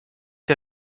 der